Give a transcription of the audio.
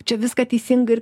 čia viską teisingai